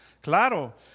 Claro